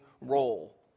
role